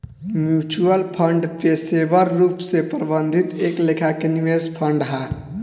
mutual fund पेशेवर रूप से प्रबंधित एक लेखा के निवेश फंड हा